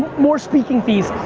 more speaking fees,